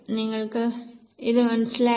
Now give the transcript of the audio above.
നിങ്ങൾക്ക് ഇത് മനസ്സിലായോ